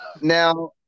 Now